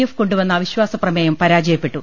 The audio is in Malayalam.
എഫ് കൊണ്ടുവന്ന അവിശ്വാസപ്രമേയം പരാജയപ്പെട്ടു